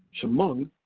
chemung,